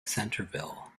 centerville